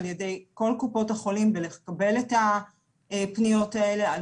על ידי כל קופות החולים ולקבל את הפניה האלה אל